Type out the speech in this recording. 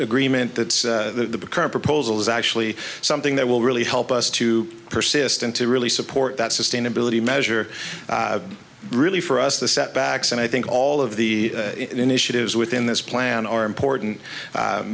agreement that the current proposal is actually something that will really help us to persist and to really support that sustainability measure really for us the setbacks and i think all of the initiatives within this plan are important